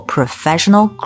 Professional